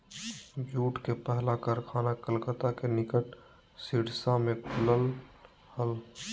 jute के पहला कारखाना कलकत्ता के निकट रिसरा में खुल लय हल